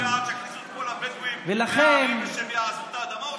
אתה בעד שיכניסו את כל הבדואים לערים ושהם יעזבו את האדמות?